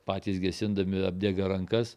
patys gesindami apdega rankas